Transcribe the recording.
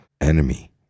enemy